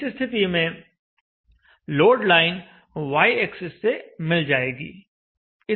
इस स्थिति में लोड लाइन y एक्सिस से मिल जाएगी